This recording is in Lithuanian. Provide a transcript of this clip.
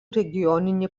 regioninį